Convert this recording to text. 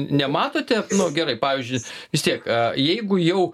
nematote nu gerai pavyzdžiui vis tiek jeigu jau